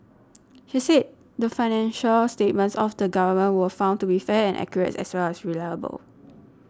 he said the financial statements of the Government were found to be fair and accurate as well as reliable